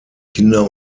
kinder